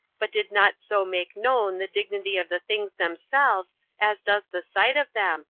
but did not so make known the dignity of the things themselves as does the sight of them,